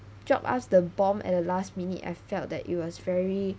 drop us the bomb at the last minute I felt that it was very